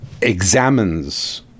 examines